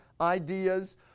ideas